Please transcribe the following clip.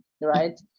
right